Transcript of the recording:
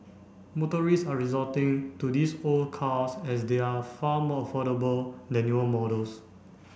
motorist are resorting to these old cars as they are far more affordable than newer models